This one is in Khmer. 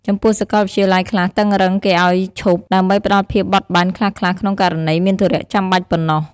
ចំពោះសកលវិទ្យាល័យខ្លះតឹងរុឹងគេឱ្យឈប់ ដើម្បីផ្ដល់ភាពបត់បែនខ្លះៗក្នុងករណីមានធុរៈចាំបាច់ប៉ុណ្ណោះ។